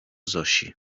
zosi